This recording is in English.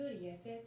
yes